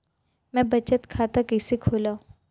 मै बचत खाता कईसे खोलव?